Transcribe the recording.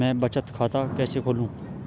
मैं बचत खाता कैसे खोलूं?